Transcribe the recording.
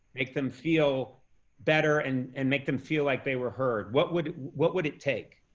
make them feel better and and make them feel like they were heard, what would what would it take?